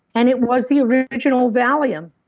and it was the original valium.